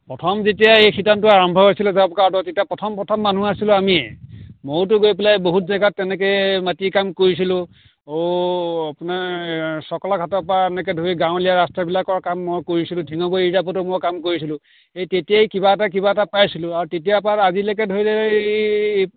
প্ৰথম যেতিয়া এই শিতানটো আৰম্ভ হৈছিলে জবকাৰ্ডৰ তেতিয়া প্ৰথম প্ৰথম মানুহ আছিলোঁ আমিয়েই ময়োতো গৈ পেলাই বহুত জেগাত তেনেকে মাটিৰ কাম কৰিছিলোঁ আপোনাৰ চকলা ঘাটৰ পৰা এনেকে ধৰি গাঁৱলীয়া ৰাস্তাবিলাকৰ কাম মই কৰিছিলোঁ টিঙৰগুৰি ৰিজাৰ্ভতো মই কাম কৰিছিলোঁ সেই তেতিয়াই কিবা এটা কিবা এটা পাইছিলোঁ আৰু তেতিয়াৰ পৰা আজিলৈকে ধৰি লৈ এই